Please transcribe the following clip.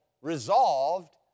resolved